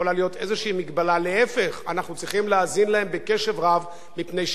אנחנו צריכים להאזין להם בקשב רב מפני שאלה הם האנשים שיודעים,